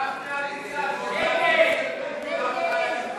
שטרן לסעיף 7